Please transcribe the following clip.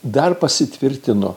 dar pasitvirtino